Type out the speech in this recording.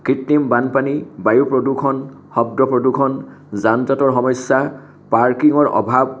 কৃত্ৰিম বানপানী বায়ু প্ৰদূষণ শব্দ প্ৰদূষণ যান জঁটৰ সমস্যা পাৰ্কিঙৰ অভাৱ